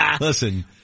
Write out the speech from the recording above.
Listen